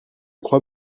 crois